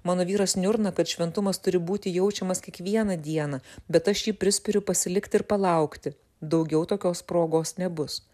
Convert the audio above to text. mano vyras niurna kad šventumas turi būti jaučiamas kiekvieną dieną bet aš jį prispiriu pasilikt ir palaukti daugiau tokios progos nebus